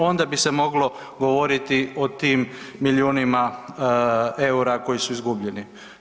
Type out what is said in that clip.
Onda bi se moglo govoriti o tim milijunima eura koji su izgubljeni.